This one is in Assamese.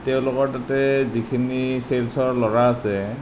তেওঁলোকৰ তাতে যিখিনি চেলছৰ ল'ৰা আছে